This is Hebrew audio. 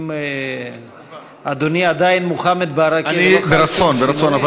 אם אדוני עדיין מוחמד ברכה ולא, ברצון, ברצון.